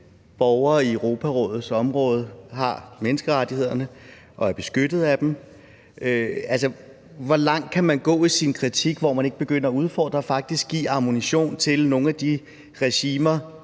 borgere i Europarådets område har menneskerettighederne og er beskyttet af dem. Altså, hvor langt kan man gå i sin kritik, så man ikke begynder at udfordre og faktisk give ammunition til nogle af de regimer,